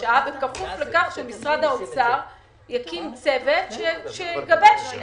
שעה בכפוף לכך שמשרד האוצר יקים צוות שיגבש.